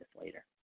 later